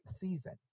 season